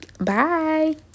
Bye